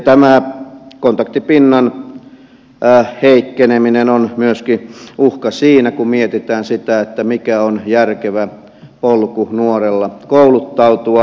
tämä kontaktipinnan heikkeneminen on uhka myöskin siinä kun mietitään sitä mikä on järkevä polku nuorella kouluttautua